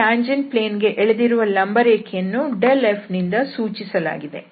ಈ tangent plane ಕ್ಕೆ ಎಳೆದಿರುವ ಲಂಬರೇಖೆಯನ್ನು fನಿಂದ ಸೂಚಿಸಲಾಗಿದೆ